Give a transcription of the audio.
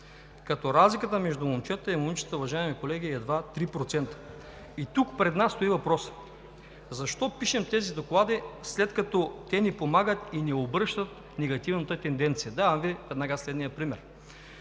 като разликата между момчетата и момичетата, уважаеми колеги, е едва 3%. И тук пред нас стои въпросът: защо пишем тези доклади, след като те не помагат и не обръщат негативната тенденция? Давам Ви веднага следния пример.